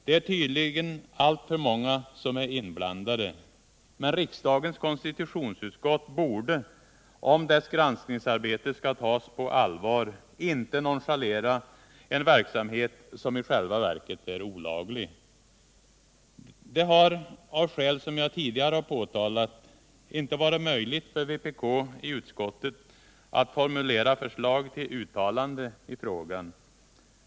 Det är tydligen alltför många som är inblandade. Men riksdagens konstitutionsutskott borde — om dess granskningsarbete skall tas på allvar — inte nonchalera en verksamhet som i själva verket är olaglig. Det har, av skäl som jag tidigare påtalat, inte varit möjligt för vpk att i utskottet formulera ett förslag till uttalande i frågan.